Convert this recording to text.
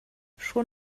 schon